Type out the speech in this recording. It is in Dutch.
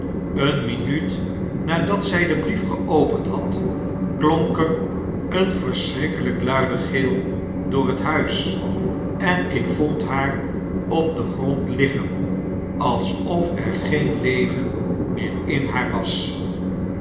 eene minuut nadat zy den brief geopend had klonk er een verschrikkelp luidegildoor het huis en ik vond haar op den grond liggen alsof er geen leven meer in haar was